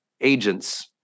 agents